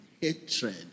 hatred